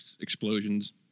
Explosions